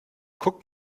guck